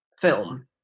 film